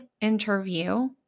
interview